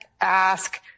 ask